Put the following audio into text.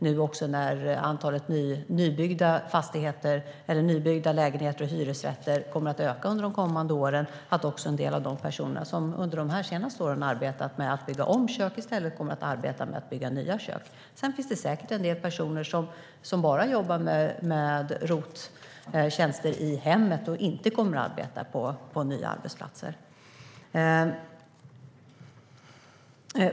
Nu när antalet nybyggda lägenheter och hyresrätter kommer att öka under de kommande åren tänker jag mig att en del av de personer som under de senaste åren har arbetat med att bygga om kök i stället kommer att arbeta med att bygga nya kök. Sedan finns det säkert en del personer som bara jobbar med ROT-tjänster i hemmet och som inte kommer att arbeta på nya arbetsplatser.